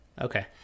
Okay